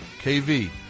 KV